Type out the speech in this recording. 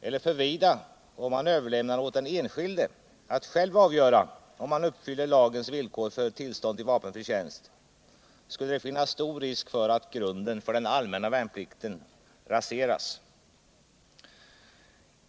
eller för vida, och om man överlämnade åt den enskilde att själv avgöra om han uppfyller lagens villkor för tillstånd till vapenfri tjänst, skulle det finnas stor risk för att grunden för den allmänna värnplikten raseras.